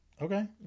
okay